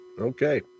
Okay